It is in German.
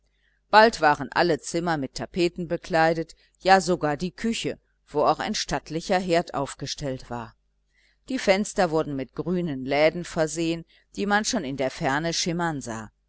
bald waren alle zimmer mit tapeten bekleidet ja sogar die küche wo auch ein stattlicher herd aufgestellt war die fenster wurden mit grünen läden versehen die man schon in der ferne schimmern sah